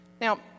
Now